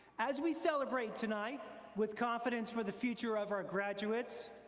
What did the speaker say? as we celebrate tonight with confidence for the future of our graduates,